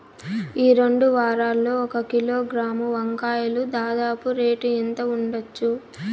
ఈ రెండు వారాల్లో ఒక కిలోగ్రాము వంకాయలు దాదాపు రేటు ఎంత ఉండచ్చు?